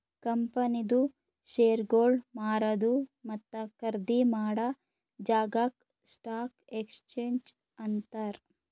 ಕಂಪನಿದು ಶೇರ್ಗೊಳ್ ಮಾರದು ಮತ್ತ ಖರ್ದಿ ಮಾಡಾ ಜಾಗಾಕ್ ಸ್ಟಾಕ್ ಎಕ್ಸ್ಚೇಂಜ್ ಅಂತಾರ್